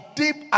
deep